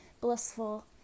blissful